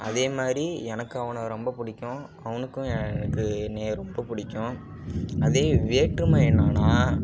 அதேமாதிரி எனக்கு அவனை ரொம்ப பிடிக்கும் அவனுக்கும் எனக்கு என்னை ரொம்ப பிடிக்கும் அதே வேற்றுமை என்னன்னா